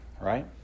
right